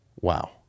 wow